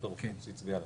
שד"ר פוקס הצביע עליו.